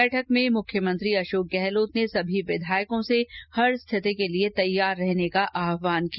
बैठक में मुख्यमंत्री अशोक गहलोत ने सभी विधायकों से हर स्थिति के लिए तैयार रहने का आहवान किया